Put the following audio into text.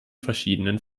verschiedenen